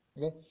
Okay